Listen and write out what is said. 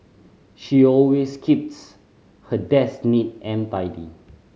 she always keeps her desk neat and tidy